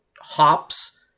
hops